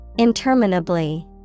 Interminably